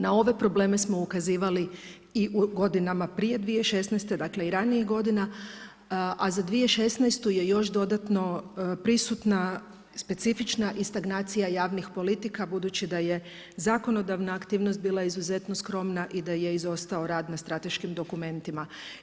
Na ove probleme smo ukazivali i u godinama prije 2016., dakle i ranijih godina a za 2016. je još dodatno prisutna specifična i stagnacija javnih politika budući da je zakonodavna aktivnost bila izuzetno skromna i da je izostao rad na strateškim dokumentima.